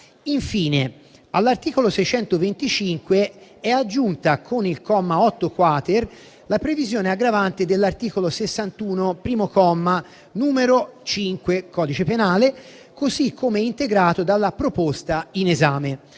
Infine, all'articolo 625 è aggiunta, con il comma 8-*quater*, la previsione aggravante dell'articolo 61, primo comma, n. 5, del codice penale, così come integrato dalla proposta in esame.